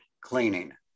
cleaning